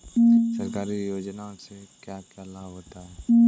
सरकारी योजनाओं से क्या क्या लाभ होता है?